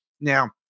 Now